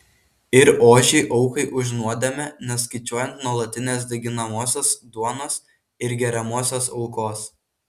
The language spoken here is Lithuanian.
ir ožį aukai už nuodėmę neskaičiuojant nuolatinės deginamosios duonos ir geriamosios aukos